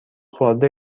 خورده